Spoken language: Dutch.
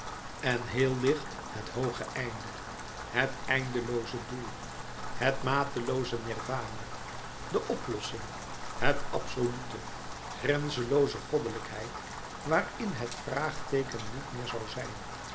en heel licht het hooge einde het eindelooze doel het matelooze nirwana de oplossing het ablouis couperus metamorfoze solute grenzenlooze goddelijkheid waarin het vraagteeken niet meer zoû zijn